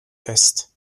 fest